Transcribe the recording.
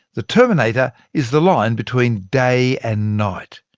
the terminator is the line between day and night.